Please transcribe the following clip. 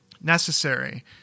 necessary